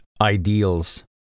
ideals